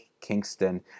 Kingston